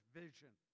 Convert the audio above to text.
vision